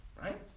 right